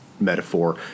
metaphor